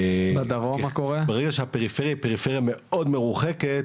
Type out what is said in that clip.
ברגע שהפריפריה היא פריפריה מאוד מרוחקת,